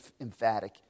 emphatic